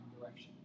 direction